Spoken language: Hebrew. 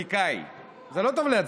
כפוליטיקאי זה לא טוב להצביע,